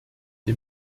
der